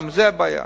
גם זאת בעיה.